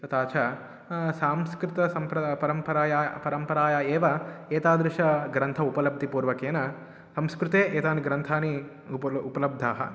तथा च सांस्कृते सम्प्र परम्परायाः परम्परायाः एव एतादृशग्रन्थानाम् उपलब्धिपूर्वकेन संस्कृते एते ग्रन्थाः उप उपलब्धाः